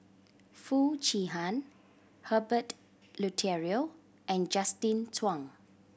Foo Chee Han Herbert Eleuterio and Justin Zhuang